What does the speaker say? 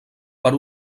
per